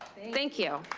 thank you.